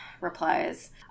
replies